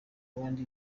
abandi